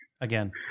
again